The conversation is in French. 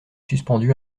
suspendu